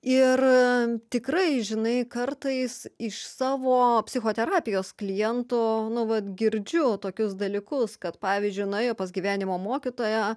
ir tikrai žinai kartais iš savo psichoterapijos klientų nu vat girdžiu tokius dalykus kad pavyzdžiui nuėjo pas gyvenimo mokytoją